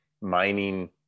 mining